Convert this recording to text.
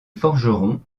forgeron